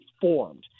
formed